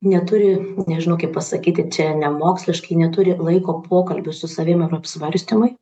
neturi nežinau kaip pasakyti čia nemoksliškai neturi laiko pokalbiui su savim ir apsvarstymui